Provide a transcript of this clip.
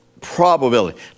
probability